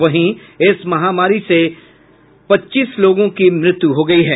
वहीं इस महामारी से पच्चीस लोगों की मृत्यु हो गयी है